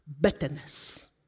bitterness